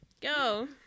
Go